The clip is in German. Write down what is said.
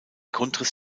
grundriss